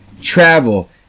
travel